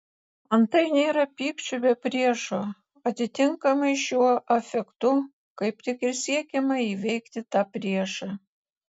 antai nėra pykčio be priešo atitinkamai šiuo afektu kaip tik ir siekiama įveikti tą priešą